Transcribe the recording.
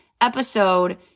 episode